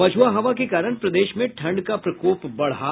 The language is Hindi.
पछुआ हवा के कारण प्रदेश में ठंड का प्रकोप बढ़ा